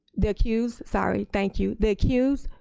the accused, sorry, thank you, the accused,